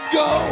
go